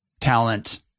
talent